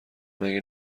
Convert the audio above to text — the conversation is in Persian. مگه